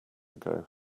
ago